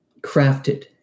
crafted